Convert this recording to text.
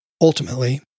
Ultimately